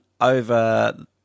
over